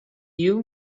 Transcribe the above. you